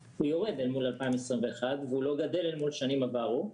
תקציב מערכת הבריאות יורד אל מול 2021 והוא לא גדל אל מול שנים עברו,